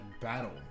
battle